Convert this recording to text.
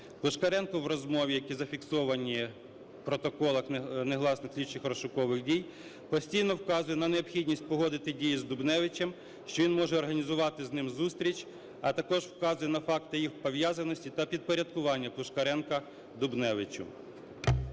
Пушкаренко в розмові, які зафіксовані в протоколах негласних слідчих розшукових дій, постійно вказує на необхідність погодити дії з Дубневичем, що він може організувати з ним зустріч, а також вказує на факти їх пов'язаності та підпорядкування Пушкаренка Дубневичу.